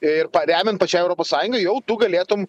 ir paremiant pačiai europos sąjungai jau tu galėtum